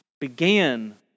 began